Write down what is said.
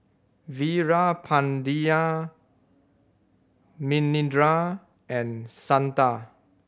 Veerapandiya Manindra and Santha